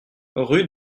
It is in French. rue